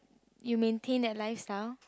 you maintain at lifestyle